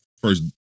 first